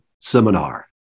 seminar